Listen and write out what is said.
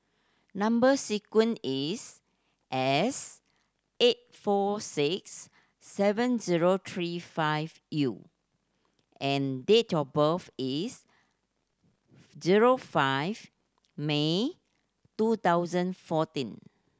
number sequence is S eight four six seven zero three five U and date of birth is zero five May two thousand fourteen